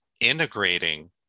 integrating